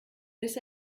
bis